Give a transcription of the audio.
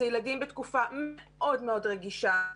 אלה ילדים בתקופה מאוד מאוד רגישה.